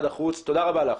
תודה רבה לך.